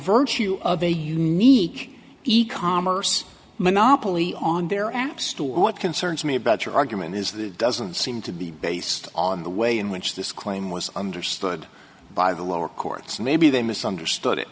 virtue of a unique e commerce monopoly on their app store what concerns me about your argument is that it doesn't seem to be based on the way in which this claim was understood by the lower courts maybe they mis understood